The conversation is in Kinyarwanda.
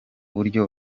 buryo